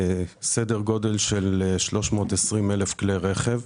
סדר גודל של 320 אלף כלי רכב.